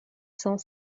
cent